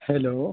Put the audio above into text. hello